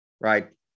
right